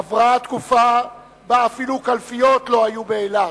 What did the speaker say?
עברה התקופה שבה אפילו קלפיות לא היו באילת,